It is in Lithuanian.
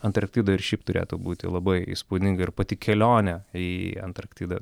antarktida ir šiaip turėtų būti labai įspūdinga ir pati kelionė į antarktidą